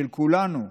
של כולנו,